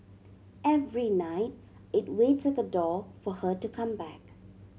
every night it waits at the door for her to come back